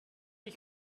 ich